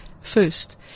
first